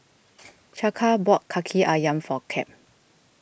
Chaka bought Kaki Ayam for Cap